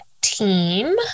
team